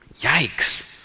Yikes